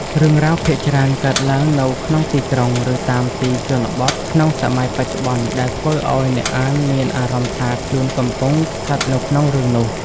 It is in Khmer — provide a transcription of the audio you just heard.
រឿងរ៉ាវភាគច្រើនកើតឡើងនៅក្នុងទីក្រុង ឬតាមទីជនបទក្នុងសម័យបច្ចុប្បន្ន ដែលធ្វើឲ្យអ្នកអានមានអារម្មណ៍ថាខ្លួនកំពុងស្ថិតនៅក្នុងរឿងនោះ។